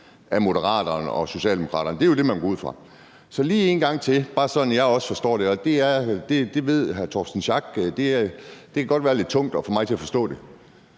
af Moderaterne og Socialdemokraterne. Det er jo det, man må gå ud fra. Så lige en gang til, så jeg også forstår det – hr. Torsten Schack Pedersen ved, at det godt kan være lidt tungt at få mig til at forstå det: